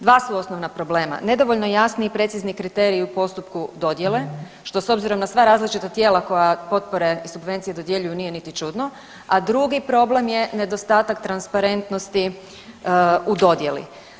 Dva su osnovna problema, nedovoljno jasni i precizni kriteriji u postupku dodjele, što s obzirom na sva različita tijela koja potpore i subvencije dodjeljuju nije niti čudno, a drugi problem je nedostatak transparentnosti u dodjeli.